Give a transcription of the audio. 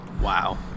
Wow